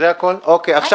מה